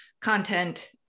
content